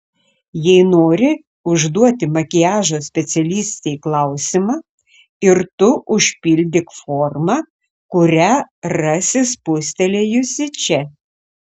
jei nori užduoti makiažo specialistei klausimą ir tu užpildyk formą kurią rasi spustelėjusi čia